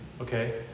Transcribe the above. Okay